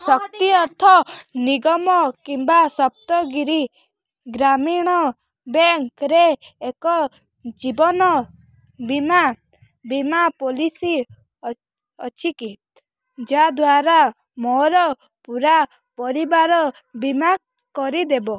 ଶକ୍ତି ଅର୍ଥ ନିଗମ କିମ୍ବା ସପ୍ତଗିରି ଗ୍ରାମୀଣ ବେଙ୍କରେ ଏକ ଜୀବନ ବୀମା ବୀମା ପଲିସି ଅଛି କି ଯାଦ୍ଵାରା ମୋର ପୂରା ପରିବାର ବୀମା କରିଦେବ